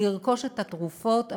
לרכוש את התרופות.